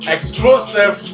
Exclusive